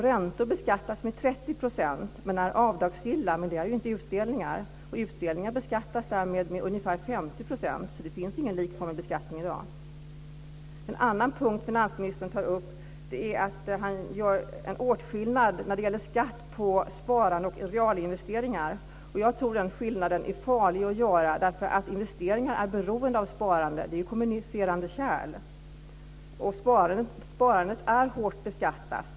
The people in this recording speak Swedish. Räntor beskattas med 30 % och är avdragsgilla, men det är ju inte utdelningar. Utdelningar beskattas därmed med ungefär 50 %. Det finns ingen likformig beskattning i dag. En annan punkt som finansministern tar upp är att han gör en åtskillnad när det gäller skatt på sparande och skatt på realinvesteringar. Jag tror att det är farligt att göra den skillnaden eftersom investeringar är beroende av sparande. Detta är ju kommunicerande kärl. Sparandet är hårt beskattat.